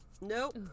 nope